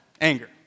Anger